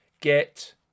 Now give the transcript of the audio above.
get